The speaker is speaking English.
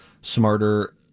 smarter